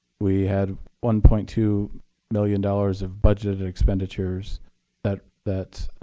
we had one point two million dollars of budgeted expenditures that that